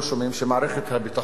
מערכת הביטחון,